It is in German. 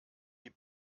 die